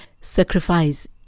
sacrifice